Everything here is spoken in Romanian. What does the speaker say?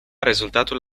rezultatul